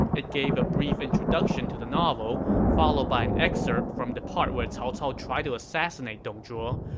it gave a brief introduction to the novel, followed by an excerpt from the part where cao cao tried to assassinate dong zhuo,